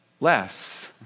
less